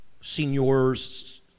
seniors